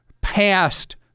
past